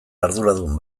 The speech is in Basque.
arduradun